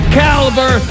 caliber